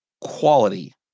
quality